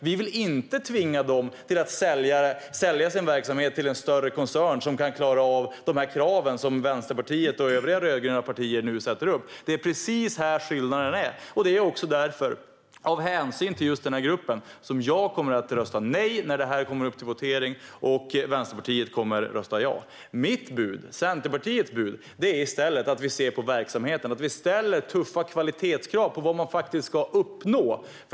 Vi vill inte tvinga dem att sälja sin verksamhet till en större koncern som klarar av de krav som Vänsterpartiet och övriga rödgröna partier nu ställer. Precis här finns skillnaden. Av hänsyn till denna grupp kommer jag därför att rösta nej när detta kommer upp vid voteringen. Vänsterpartiet kommer att rösta ja. Mitt och Centerpartiets bud är att vi i stället ska se på verksamheten. Vi ska ställa tuffa kvalitetskrav om vad man ska uppnå.